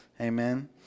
Amen